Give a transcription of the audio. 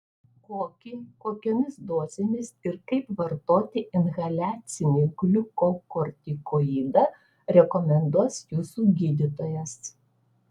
kokį kokiomis dozėmis ir kaip vartoti inhaliacinį gliukokortikoidą rekomenduos jūsų gydytojas